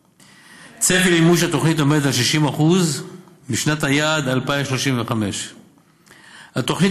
צפי מימוש התוכנית עומד על 60% בשנת היעד 2035. התוכנית